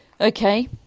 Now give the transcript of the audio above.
Okay